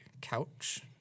couch